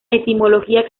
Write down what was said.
etimología